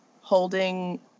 holding